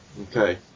Okay